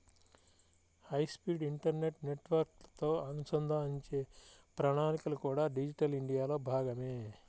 high speed internet నెట్వర్క్లతో అనుసంధానించే ప్రణాళికలు కూడా డిజిటల్ ఇండియాలో భాగమే